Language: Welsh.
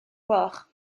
gloch